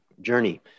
journey